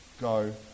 go